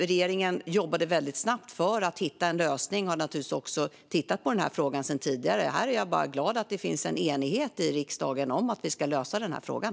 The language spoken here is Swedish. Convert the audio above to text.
Regeringen jobbade snabbt för att hitta en lösning och har tittat på frågan sedan tidigare. Jag är glad att det finns en enighet i riksdagen om att lösa den frågan.